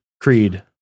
Creed